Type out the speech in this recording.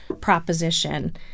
proposition